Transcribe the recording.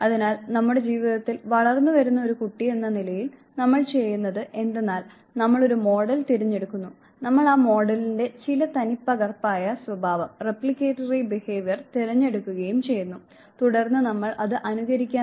അതിനാൽ നമ്മുടെ ജീവിതത്തിൽ വളർന്നുവരുന്ന ഒരു കുട്ടി എന്ന നിലയിൽ നമ്മൾ ചെയ്യുന്നത് എന്തെന്നാൽ നമ്മൾ ഒരു മോഡൽ തിരഞ്ഞെടുക്കുന്നു നമ്മൾ ആ മോഡലിന്റെ ചില തനിപ്പകർപ്പായ സ്വഭാവം തിരഞ്ഞെടുക്കുകയും ചെയ്യുന്നു തുടർന്ന് നമ്മൾ അത് അനുകരിക്കാൻ തുടങ്ങുന്നു